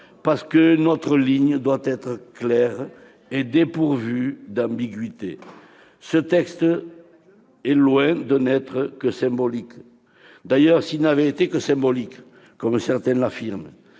car notre ligne doit être claire et dépourvue d'ambiguïté. Ce texte est loin de se réduire à un symbole. D'ailleurs, s'il n'avait été que symbolique, comme certains l'affirment,